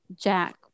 jack